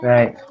Right